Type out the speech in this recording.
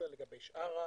ששררו